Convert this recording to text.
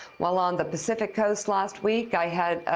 while on the pacific coast last week, i had